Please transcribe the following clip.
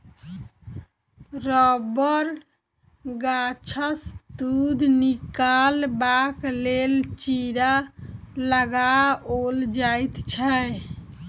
रबड़ गाछसँ दूध निकालबाक लेल चीरा लगाओल जाइत छै